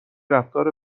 رفتار